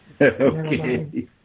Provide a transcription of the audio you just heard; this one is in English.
Okay